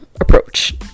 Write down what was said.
approach